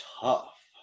tough